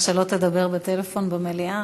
שלא תדבר בטלפון במליאה.